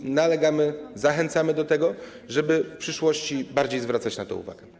I nalegamy, zachęcamy do tego, żeby w przyszłości bardziej zwracać na to uwagę.